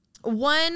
one